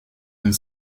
und